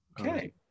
okay